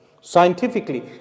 Scientifically